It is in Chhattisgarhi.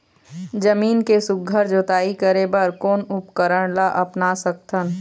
जमीन के सुघ्घर जोताई करे बर कोन उपकरण ला अपना सकथन?